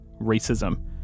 racism